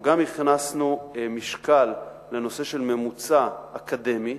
אנחנו גם נתנו משקל לנושא של ממוצע אקדמי.